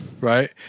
right